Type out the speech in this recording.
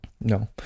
no